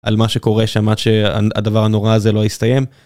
על מה שקורה שמעת שהדבר הנורא הזה לא יסתיים.